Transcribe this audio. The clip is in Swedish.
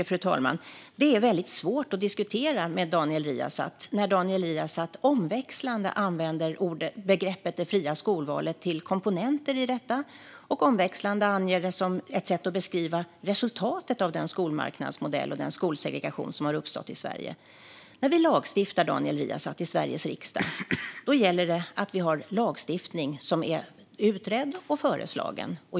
Fru talman! Det är väldigt svårt att diskutera med Daniel Riazat när han använder begreppet "det fria skolvalet" omväxlande till komponenter i detta och omväxlande som ett sätt att beskriva resultatet av den skolmarknadsmodell och skolsegregation som har uppstått i Sverige. När vi lagstiftar i Sveriges riksdag, Daniel Riazat, gäller det att vi har en lagstiftning som är utredd och föreslagen.